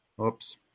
Oops